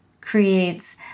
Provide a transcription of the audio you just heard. creates